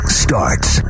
starts